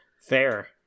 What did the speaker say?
Fair